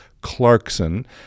Clarkson